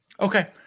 Okay